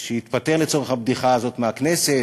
שהתפטר לצורך הבדיחה הזאת מהכנסת,